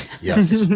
Yes